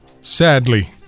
sadly